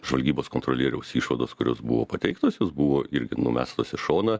žvalgybos kontrolieriaus išvados kurios buvo pateiktos jos buvo irgi numestos į šoną